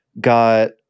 got